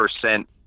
percent